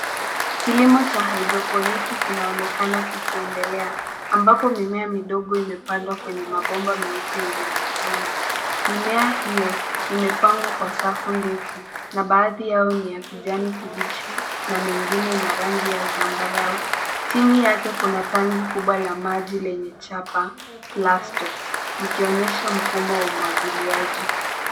Kilimo cha haidroponiki kinaonekana kikiendelea, ambapo mimea midogo imepandwa kwenye mabomba meupe yenye matunda. Mimea hiyo imepangwa kwa safu ndefu na baadhi yao ni ya kijani kibichi na mengine ina rangi ya zambarau. Chini yake kuna tangi kubwa la lenye chapa plastu likionyesha mfumo wa umwagiliaji.